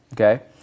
okay